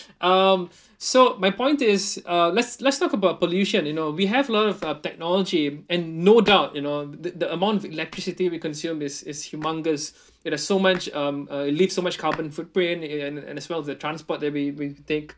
um so my point is uh let's let's talk about pollution you know we have learnt of uh technology and no doubt you know the the amount of electricity we consume is is humongous it has so much um uh it leave so much carbon footprint and and as well as the transport that we we take